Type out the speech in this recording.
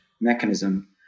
mechanism